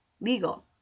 legal